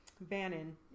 Bannon